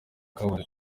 kabari